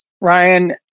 Ryan